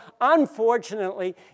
unfortunately